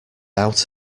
out